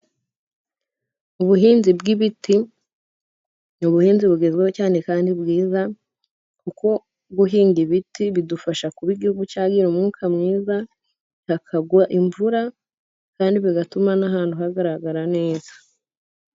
Ubuhinzi bw'ibiti ni ubuhinzi bugezweho cyane kandi bwiza, kuko guhinga ibiti bidufasha kuba igihugu cyagira umwuka mwiza, hakagwa imvura kandi bigatuma n'ahantu hagaragara neza.